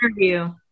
interview